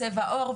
לא צבע עור,